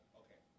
okay